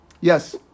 Yes